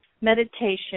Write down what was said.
meditation